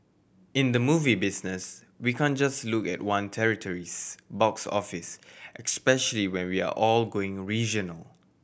in the movie business we can't just look at one territory's box office especially when we are all going regional